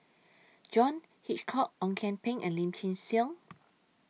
John Hitchcock Ong Kian Peng and Lim Chin Siong